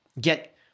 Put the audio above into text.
get